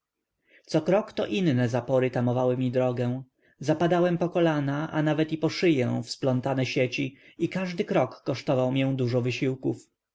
co krok to inne zapory tamowały mi drogę zapadałem po kolana a nawet i po szyję w splątane sieci i każdy krok kosztował mię dużo wysiłków